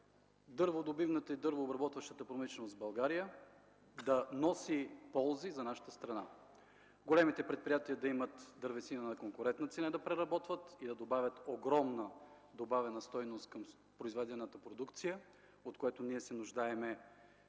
дърводобивната и дървообработващата промишленост в България да носи ползи за нашата страна; големите предприятия да имат дървесина, която да преработват на конкурентна цена и да добавят огромна добавена стойност към произведената продукция, от което ние жизнено